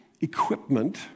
equipment